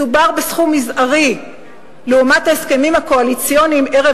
מדובר בסכום מזערי לעומת ההסכמים הקואליציוניים ערב